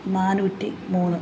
നാനൂറ്റി മൂന്ന്